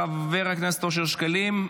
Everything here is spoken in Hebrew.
חבר הכנסת אושר שקלים,